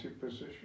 position